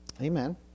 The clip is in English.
Amen